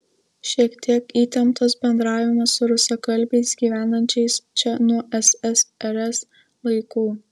šiek tiek įtemptas bendravimas su rusakalbiais gyvenančiais čia nuo ssrs laikų